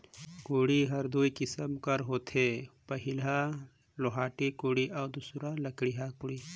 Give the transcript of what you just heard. कोड़ी हर दुई किसिम कर होथे पहिला लोहाटी कोड़ी अउ दूसर लकड़िहा कोड़ी